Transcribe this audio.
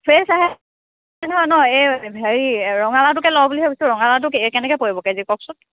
fresh আহে নহয় নহয় এই হেৰি ৰঙালাওটোকে লওঁ বুলি ভাবিছোঁ ৰঙালাওটো কেনেকৈ পৰিব কে জি কওকচোন